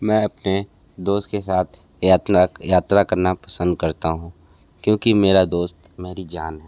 मैं अपने दोस्त के साथ यातना यात्रा करना पसंद करता हूँ क्योंकि मेरा दोस्त मेरी जान है